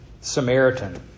Samaritan